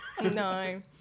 No